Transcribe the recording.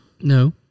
No